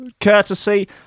courtesy